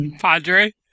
Padre